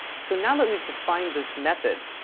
so now that we've defined this method,